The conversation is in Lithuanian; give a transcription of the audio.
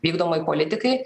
vykdomai politikai